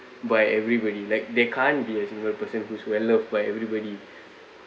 by everybody like there can't be a single person who's well loved by everybody